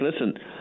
listen